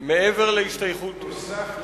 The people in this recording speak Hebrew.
בנוסף,